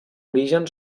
origen